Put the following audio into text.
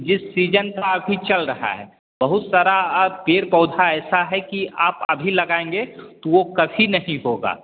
जिस सीजन का अभी चल रहा है बहुत सारा पेड़ पौधा ऐसा है कि आप अभी लगाएंगे तो वो कभी नहीं होगा